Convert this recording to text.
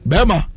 Bema